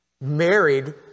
married